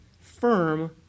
firm